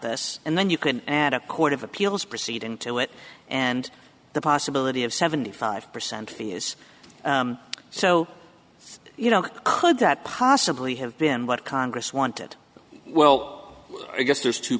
this and then you can add a court of appeals proceed into it and the possibility of seventy five percent fee is so you know could that possibly have been what congress wanted well i guess there's two